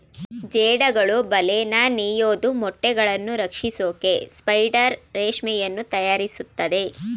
ಜೇಡಗಳು ಬಲೆನ ನೇಯೋದು ಮೊಟ್ಟೆಗಳನ್ನು ರಕ್ಷಿಸೋಕೆ ಸ್ಪೈಡರ್ ರೇಷ್ಮೆಯನ್ನು ತಯಾರಿಸ್ತದೆ